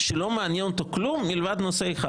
מעניין אותו כלום מלבד נושא אחד.